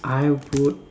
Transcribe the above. I would